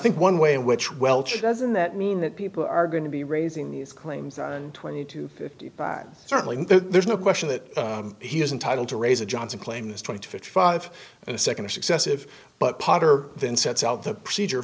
think one way in which well doesn't that mean that people are going to be raising these claims twenty to fifty five certainly there's no question that he is entitle to raise a johnson claim this twenty to fifty five and a second successive but potter then sets out the procedure